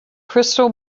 crystal